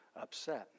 upset